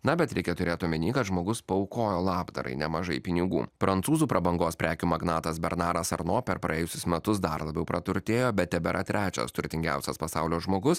na bet reikia turėt omeny kad žmogus paaukojo labdarai nemažai pinigų prancūzų prabangos prekių magnatas bernaras arnuo per praėjusius metus dar labiau praturtėjo bet tebėra trečias turtingiausias pasaulio žmogus